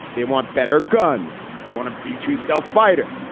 they want better guns. they want a b two stealth fighter.